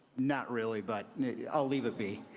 not really, but i'll leave it be.